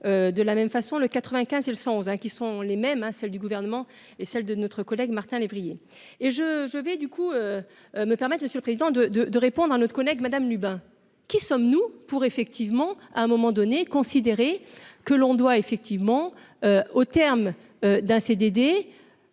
de la même façon le 95, ils sont 11, hein, qui sont les mêmes, hein, celle du gouvernement et celle de notre collègue Martin lévrier. Et je je vais du coup me permettent, monsieur le président, de, de, de répondre à notre collègue Madame Lubin : qui sommes-nous pour effectivement à un moment donné, considéré que l'on doit effectivement au terme d'un CDD